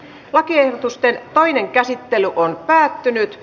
lakiehdotusten toinen käsittely päättyi